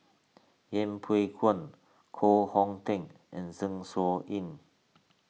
Yeng Pway Ngon Koh Hong Teng and Zeng Shouyin